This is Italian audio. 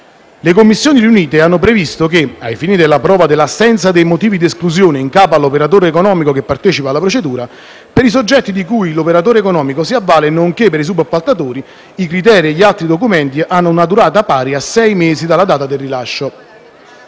Le Commissioni riunite hanno stabilito che, ai fini della prova dell'assenza dei motivi di esclusione in capo all'operatore economico che partecipa alla procedura, per i soggetti di cui l'operatore economico si avvale, nonché per i subappaltatori, i certificati e gli altri documenti hanno una durata pari a sei mesi dalla data del rilascio.